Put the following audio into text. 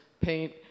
paint